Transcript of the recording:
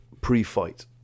pre-fight